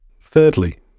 Thirdly